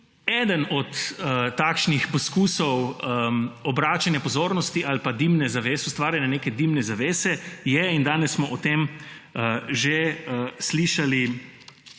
Eden od takšnih poskusov obračanja pozornosti ali pa ustvarjanja neke dimne zavese je, danes smo o tem že slišali,